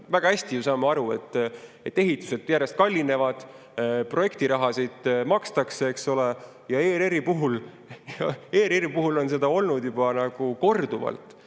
väga hästi aru, et ehitused järjest kallinevad, projektirahasid makstakse. ERR‑i puhul on seda [tehtud] juba korduvalt.